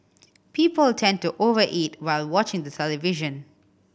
people tend to over eat while watching the television